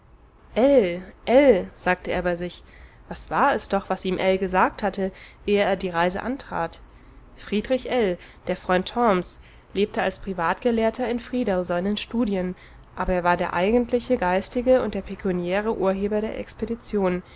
sagte er bei sich was war es doch was ihm ell gesagt hatte ehe er die reise antrat friedrich ell der freund torms lebte als privatgelehrter in friedau seinen studien aber er war der eigentliche geistige und der pekuniäre urheber der expedition